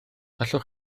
allwch